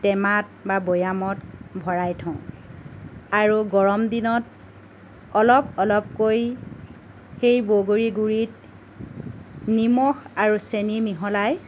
টেমাত বা বৈয়ামত ভৰাই থওঁ আৰু গৰম দিনত অলপ অলপকৈ সেই বগৰীৰ গুৰিত নিমখ আৰু চেনী মিহলাই